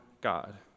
God